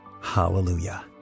Hallelujah